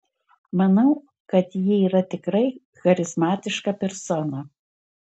manau kad ji yra tikrai charizmatiška persona